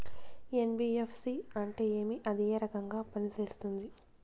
NBFC అంటే ఏమి అది ఏ రకంగా పనిసేస్తుంది